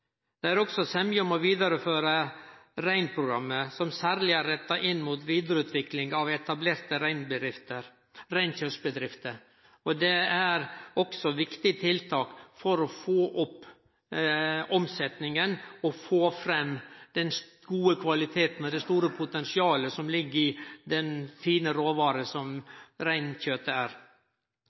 Det er også semje om å vidareføre reinprogrammet, som særleg er retta inn mot vidareutvikling av etablerte reinkjøttbedrifter. Det er også eit viktig tiltak for å få opp omsetninga og få fram den gode kvaliteten og det store potensialet som ligg i den fine råvara som reinkjøttet er.